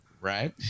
Right